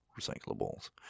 Recyclables